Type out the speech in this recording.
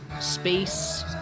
Space